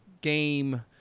Game